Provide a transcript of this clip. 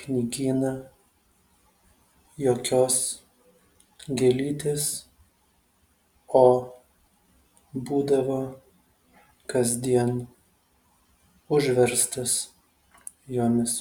knygyną jokios gėlytės o būdavo kasdien užverstas jomis